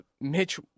Mitch